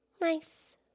Nice